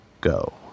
go